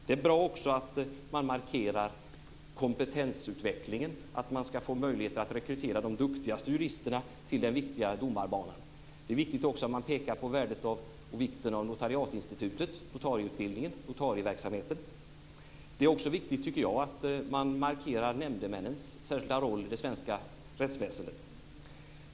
Det är också bra att kompetensutvecklingen markeras, att man ska få möjlighet att rekrytera de duktigaste juristerna till den viktiga domarbanan. Det är dessutom viktigt att man pekar på värdet och vikten av notariatinstitutet, notarieutbildningen och notarieverksamheten. Jag tycker också att det är viktigt att man markerar nämndemännens särskilda roll i det svenska rättsväsendet.